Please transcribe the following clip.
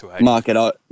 market